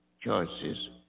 choices